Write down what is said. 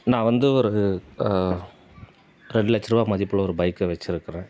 நான் வந்து ஒரு ரெண்டு லட்ச ரூபா மதிப்புள்ள ஒரு பைக்கு வெச்சுருக்குறேன்